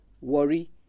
worry